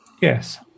Yes